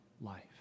life